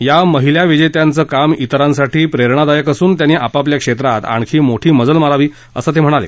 या महिला विजेत्यांच काम तिरांसाठी प्रेरणादायक असून त्यांनी आपापल्या क्षेत्रात आणखी मोठी मजल मारावी असं ते म्हणाले